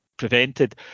prevented